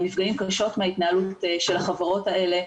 הם נפגעים קשות מההתנהלות של החברות האלה,